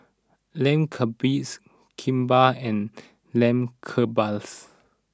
Lamb Kebabs Kimbap and Lamb Kebabs